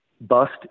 bust